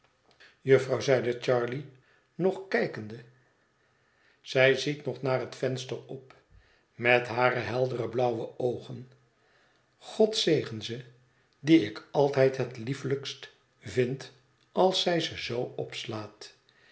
jufvrouw zeide charley nog kijkende zij ziet nog naar het venster op met hare heldere blauwe oogen god zegen ze die ik altijd het liefelijkst vind als zij ze zoo opslaat